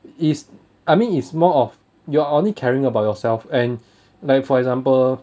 is I mean it's more of you're only caring about yourself and like for example